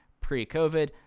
pre-COVID